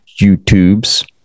YouTubes